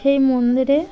সেই মন্দিরে